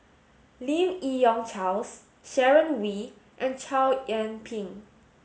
Lim Yi Yong Charles Sharon Wee and Chow Yian Ping